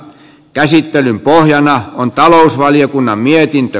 käsittelyn pohjana on talousvaliokunnan mietintö